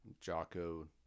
Jocko